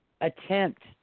attempt